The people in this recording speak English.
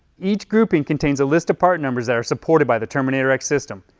each grouping contains a list of part numbers that are supported by the terminator x system.